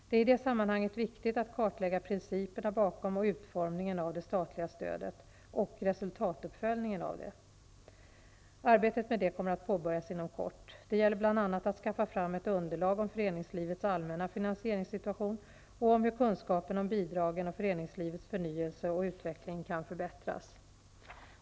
Det är i det sammanhanget viktigt att kartlägga principerna bakom och utformningen av det statliga stödet och resultatuppföljningen av detta. Arbetet med detta kommer att påbörjas inom kort. Det gäller bl.a. att skaffa fram ett underlag om föreningslivets allmänna finansieringssituation och om hur kunskapen om bidragen och föreningslivets förnyelse och utveckling kan förbättras.